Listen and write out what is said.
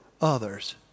others